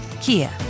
Kia